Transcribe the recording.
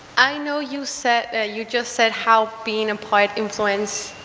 i know you said you just said how being applied influence,